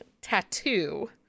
tattoo